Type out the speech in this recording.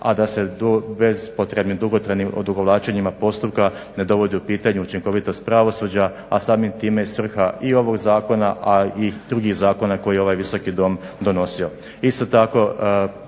a da se bez potrebnih dugotrajnim odugovlačenjima postupka ne dovodi u pitanje učinkovitost pravosuđa, a samim time i svrha i ovog zakona, a i drugih zakona koje je ovaj Visoki dom donosio.